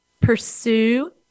pursue